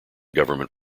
government